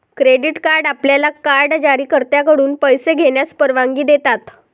credit card आपल्याला card जारीकर्त्याकडून पैसे घेण्यास परवानगी देतात